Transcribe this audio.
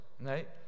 Right